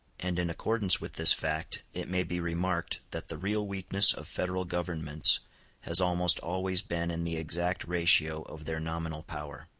and in accordance with this fact it may be remarked that the real weakness of federal governments has almost always been in the exact ratio of their nominal power.